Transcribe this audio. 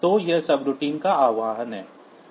तो यह सबरूटीन का आह्वान है